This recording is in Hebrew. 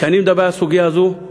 כשאני מדבר על הסוגיה הזאת,